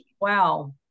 wow